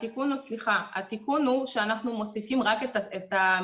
התיקון הוא שאנחנו מוסיפים רק את המילה